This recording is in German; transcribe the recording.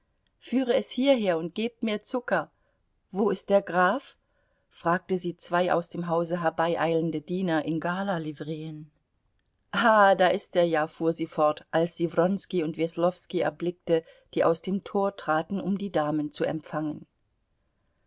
führe es hierher und gebt mir zucker wo ist der graf fragte sie zwei aus dem hause herbeieilende diener in galalivreen ah da ist er ja fuhr sie fort als sie wronski und weslowski erblickte die aus dem tor traten um die damen zu empfangen